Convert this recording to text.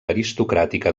aristocràtica